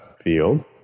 field